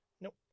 nope